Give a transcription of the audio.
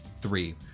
Three